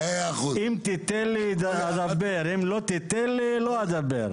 100%. אם תיתן לי אדבר, אם לא תיתן לא אדבר.